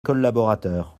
collaborateurs